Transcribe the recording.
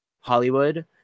Hollywood